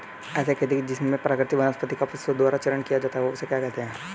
ऐसी खेती जिसमें प्राकृतिक वनस्पति का पशुओं द्वारा चारण किया जाता है उसे क्या कहते हैं?